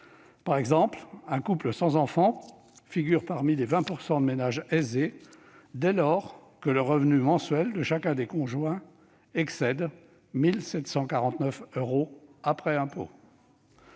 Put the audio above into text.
Par exemple, un couple sans enfant figure parmi les 20 % de ménages aisés dès lors que le revenu mensuel de chacun des conjoints excède 1 749 euros après impôts.